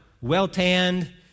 well-tanned